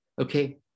Okay